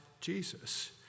Jesus